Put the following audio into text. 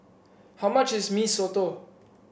how much is Mee Soto